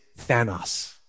Thanos